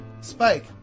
Spike